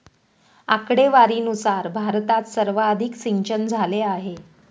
आकडेवारीनुसार भारतात सर्वाधिक सिंचनझाले आहे